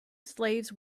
slaves